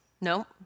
no